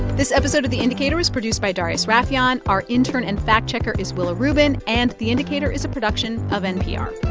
this episode of the indicator is produced by darius rafieyan. our intern and fact-checker is willa rubin. and the indicator is a production of npr